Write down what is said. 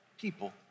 people